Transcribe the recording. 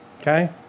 Okay